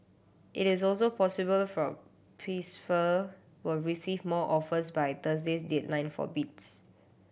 it is also possible for Pfizer will receive more offers by Thursday's deadline for bids